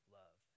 love